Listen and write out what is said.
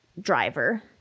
driver